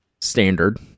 Standard